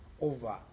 over